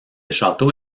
château